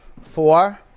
Four